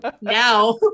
now